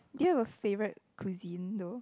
do you have a favorite cuisine though